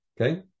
Okay